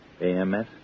AMS